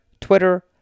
Twitter